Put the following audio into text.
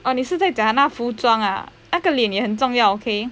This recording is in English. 哦你是在那服装啊那个脸也很重要 okay